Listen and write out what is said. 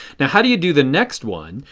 now how do you do the next one?